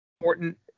important